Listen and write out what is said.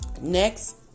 Next